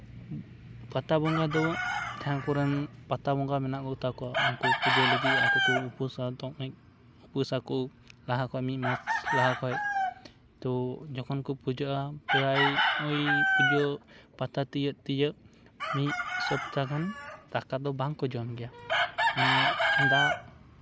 ᱯᱟᱛᱟ ᱵᱚᱸᱜᱟ ᱫᱚ ᱡᱟᱦᱟᱸᱭ ᱠᱚᱨᱮᱱ ᱯᱟᱛᱟ ᱵᱚᱸᱜᱟ ᱢᱮᱱᱟᱜ ᱠᱚᱛᱟ ᱠᱚᱣᱟ ᱩᱱᱠᱩ ᱯᱩᱡᱟᱹ ᱞᱟᱹᱜᱤᱫ ᱟᱠᱚ ᱠᱚ ᱩᱯᱟᱹᱥᱟ ᱛᱚ ᱞᱟᱦᱟ ᱠᱷᱚᱱ ᱢᱤᱫ ᱢᱟᱥ ᱞᱟᱦᱟ ᱠᱷᱚᱱ ᱛᱳ ᱡᱚᱠᱷᱚᱱ ᱠᱚ ᱯᱩᱡᱟᱹᱜᱼᱟ ᱯᱨᱟᱭ ᱱᱚᱜᱼᱚᱭ ᱯᱩᱡᱟᱹ ᱯᱟᱛᱟ ᱛᱤᱭᱟᱹᱜ ᱛᱤᱭᱟᱹᱜ ᱢᱤᱫ ᱥᱚᱯᱛᱟᱜᱟᱱ ᱫᱟᱠᱟ ᱫᱚ ᱵᱟᱝ ᱠᱚ ᱡᱚᱢ ᱜᱮᱭᱟ ᱢᱟᱱᱮ ᱫᱟᱜ